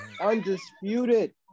undisputed